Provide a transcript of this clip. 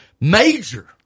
major